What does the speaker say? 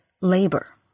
labor